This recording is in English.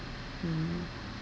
mm